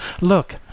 Look